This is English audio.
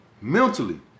mentally